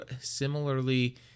similarly